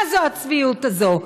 מה הצביעות הזאת?